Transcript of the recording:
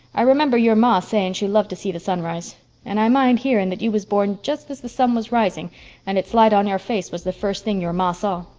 i remember your ma saying she loved to see the sunrise and i mind hearing that you was born just as the sun was rising and its light on your face was the first thing your ma saw.